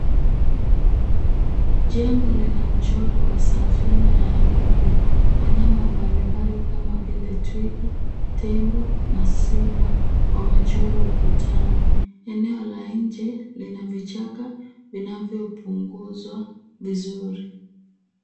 Jengo lina mchoro wa safina ya nuhu. Wanyama mbalimbali kama vile twiga, tembo na simba, wamechorwa ukutani. Eneo la nje vina vichaka vinavyopunguzwa vizuri.